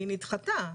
והיא נדחתה.